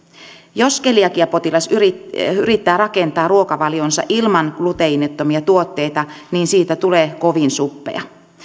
jos keliakiapotilas yrittää yrittää rakentaa ruokavalionsa ilman gluteenittomia tuotteita niin siitä tulee kovin suppea